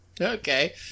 Okay